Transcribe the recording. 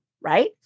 right